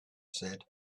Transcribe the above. said